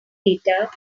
data